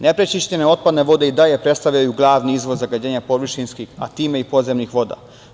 Neprečišćene otpadne vode i dalje predstavljaju glavni izvor zagađenja površinskih, a time i podzemnih voda.